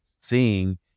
seeing